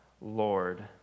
Lord